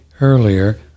earlier